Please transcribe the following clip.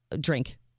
Drink